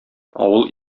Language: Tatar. авыл